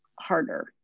harder